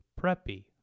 preppy